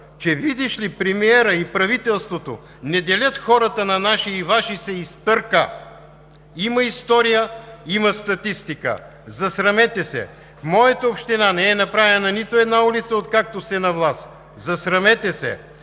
че, видиш ли, премиерът и правителството не делят хората на наши и Ваши, се изтърка! Има история, има статистика. Засрамете се! В моята община не е направена нито една улица, откакто сте на власт. Засрамете се!